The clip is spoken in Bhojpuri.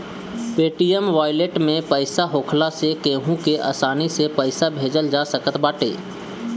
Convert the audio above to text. पेटीएम वालेट में पईसा होखला से केहू के आसानी से पईसा भेजल जा सकत बाटे